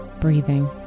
breathing